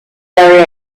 very